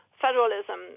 federalism